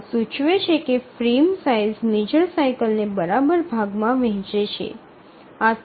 આ સૂચવે છે કે ફ્રેમ સાઇઝ મેજર સાઇકલને બરાબર ભાગમાં વહેછે છે